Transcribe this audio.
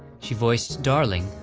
she voiced darling,